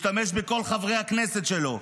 משתמש בכל חברי הכנסת שלו,